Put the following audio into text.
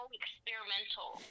experimental